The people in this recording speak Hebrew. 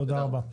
תודה רבה.